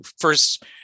first